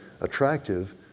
attractive